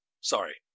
Sorry